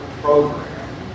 program